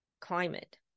climate